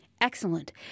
Excellent